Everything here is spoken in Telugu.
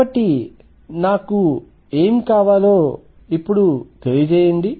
కాబట్టి నాకు ఏమి కావాలో ఇప్పుడు తెలియజేయండి